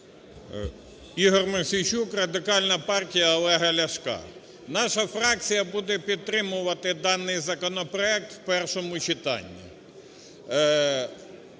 ІгорМосійчук, Радикальна партія Олега Ляшка. Наша фракція буде підтримувати даний законопроект у першому читанні.